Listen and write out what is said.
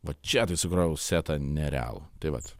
va čia tai sugrojau setą nerealų tai vat